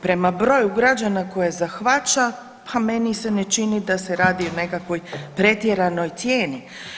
Prema broju građana koje zahvaća, pa meni se ne čini da se radi o nekakvoj pretjeranoj cijeni.